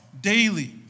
daily